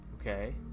Okay